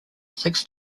six